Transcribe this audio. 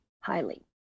highly